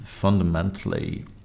fundamentally